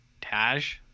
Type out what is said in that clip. Taj